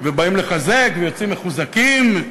ובאים לחזק ויוצאים מחוזקים.